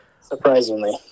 Surprisingly